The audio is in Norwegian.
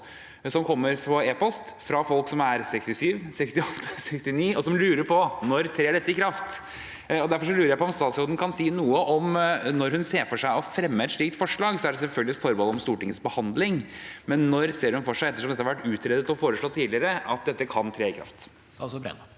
som kommer på e-post fra folk som er 67, 68 eller 69 år og lurer på: Når trer dette i kraft? Derfor lurer jeg på om statsråden kan si noe om når hun ser for seg å fremme et slikt forslag. Det er selvfølgelig et forbehold om Stortingets behandling, men ettersom dette har vært utredet og foreslått tidligere, når ser hun for seg at